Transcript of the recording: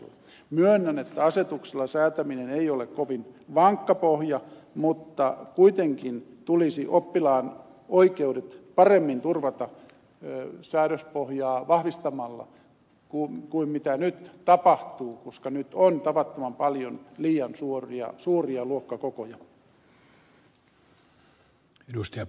myönnän että asetuksella säätäminen ei ole kovin vankka pohja mutta kuitenkin tulisi oppilaan oikeudet paremmin turvata säädöspohjaa vahvistamalla kuin nyt tapahtuu koska nyt on tavattoman paljon liian suuria luokkakokoja